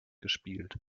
gespielt